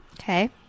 Okay